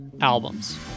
albums